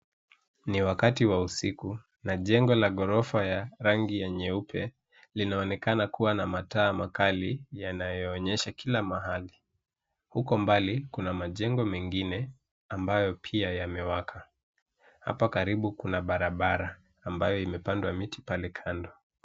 Ni wakati wa usiku na jengo la ghorofa ya rangi nyeupe linaonekana kuwa na mataa makali yanayoonyesha kila mahali. Uko mbali kuna majengo mengine ambayo pia yamewaka. Hapa karibu kuna barabara ambayo imepandwa miti pale kando.